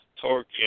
Torque